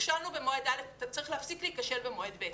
נכשלנו במועד א', צריך להפסיק להיכשל במועד ב'.